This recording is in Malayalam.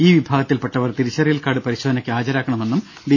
ഈ വിഭാഗത്തിൽപ്പെട്ടവർ തിരിച്ചറിയൽ കാർഡ് പരിശോധനയ്ക്ക് ഹാജരാക്കണമെന്നും ഡി